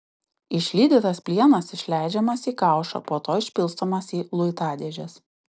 išlydytas plienas išleidžiamas į kaušą po to išpilstomas į luitadėžes